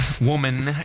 woman